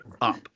up